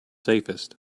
safest